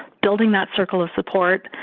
building that circle of support,